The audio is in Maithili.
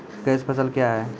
कैश फसल क्या हैं?